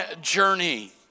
journey